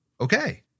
Okay